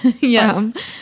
Yes